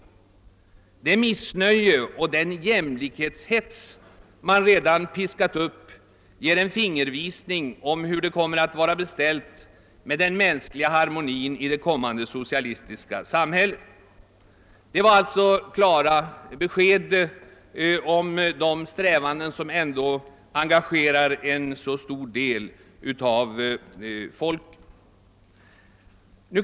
Det missnöje och den jämlikhetshets man redan piskat upp ger en fingervisning om hur det kommer att vara beställt med den mänskliga harmonin i det kommande socialistiska samhället.» Det är alltså klara besked om de jämlikhetssträvanden som engagerar en så stor del av folket.